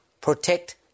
protect